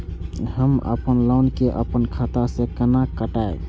हम अपन लोन के अपन खाता से केना कटायब?